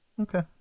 okay